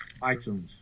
iTunes